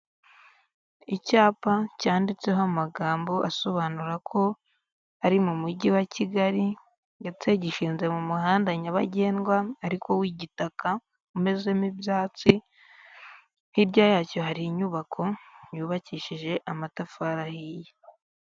Icyapa cyanditseho amagambo asobanura ko ari mu mujyi wa kigali ndetse gishinze mu muhanda nyabagendwa ariko w'igitaka umezemo ibyatsi, hirya yacyo hari inyubako yubakishije amatafari ahiye.